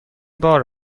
بار